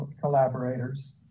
collaborators